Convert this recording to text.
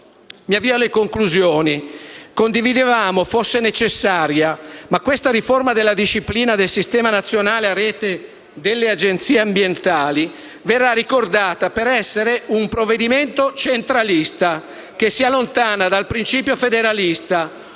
bocciate. In conclusione, condividevamo fosse necessaria ma questa riforma della disciplina del Sistema nazionale a rete delle Agenzie ambientali verrà ricordata per essere un provvedimento centralista, che si allontana dal principio federalista: